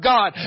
God